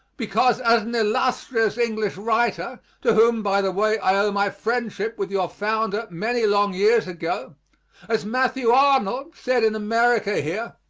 because as an illustrious english writer to whom, by the way, i owe my friendship with your founder many long years ago as matthew arnold said in america here,